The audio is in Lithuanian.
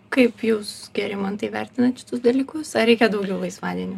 kaip jūs gerimantai vertinat šitus dalykus ar reikia daugiau laisvadienių